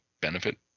benefit